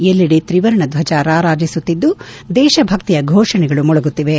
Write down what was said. ಎಲ್ಲೆಡೆ ತ್ರಿವರ್ಣ ಧ್ವಜ ರಾರಾಜೆಸುತ್ತಿದ್ದು ದೇಶ ಭಕ್ತಿಯ ಘೋಷಣೆಗಳು ಮೊಳಗುತ್ತಿವೆ